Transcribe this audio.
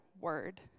word